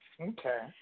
Okay